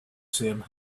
same